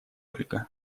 ольга